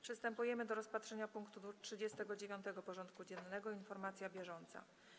Przystępujemy do rozpatrzenia punktu 39. porządku dziennego: Informacja bieżąca.